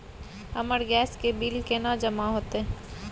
हमर गैस के बिल केना जमा होते?